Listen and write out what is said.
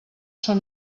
són